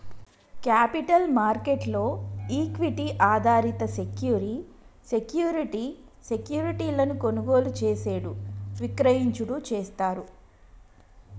capital market లో equity ఆధారిత సెక్యూరి సెక్యూరిటీ సెక్యూరిటీలను కొనుగోలు చేసేడు విక్రయించుడు చేస్తారు